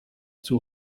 two